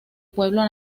pueblo